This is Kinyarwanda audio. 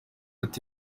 ati